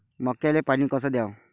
मक्याले पानी कस द्याव?